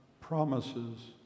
promises